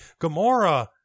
Gamora